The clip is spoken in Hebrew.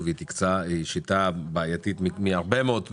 היא שיטה בעייתית מהרבה מאוד כיוונים,